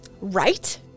Right